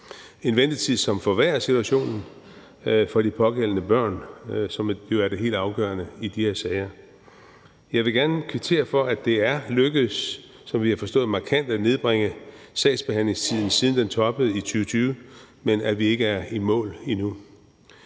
en ventetid, som forværrer situationen for de pågældende børn. Det vil være det helt afgørende i de her sager. Jeg vil gerne kvittere for, at det er lykkedes, som vi har forstået det, at nedbringe sagsbehandlingstiden markant, siden den toppede i 2020, men vi er ikke i mål endnu.